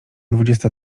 dwudziesta